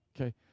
okay